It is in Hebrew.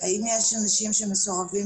האם יש אנשים שמסורבים.